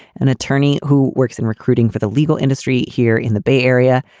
an attorney who works in recruiting for the legal industry here in the bay area.